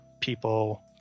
people